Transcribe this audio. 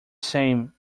same